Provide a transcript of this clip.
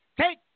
Take